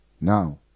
now